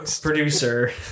producer